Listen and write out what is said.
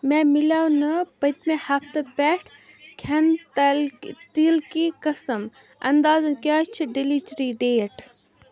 مےٚ مِلیو نہٕ پٔتۍمہِ ہفتہٕ پٮ۪ٹھ کھٮ۪نہٕ تیٖلکی قٕسٕم اَندازَن کیٛاہ چھِ ڈیٚلِچٕری ڈیٹ